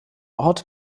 ort